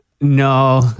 No